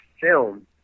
film